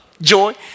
joy